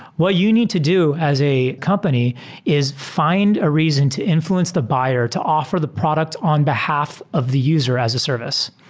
what you need to do as a company is find a reason to influence the buyer to offer the product on behalf of the user as a service.